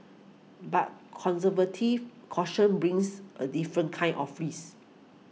but conservative caution brings a different kind of race